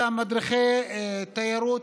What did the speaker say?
אותם מדריכי תיירות,